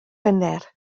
wener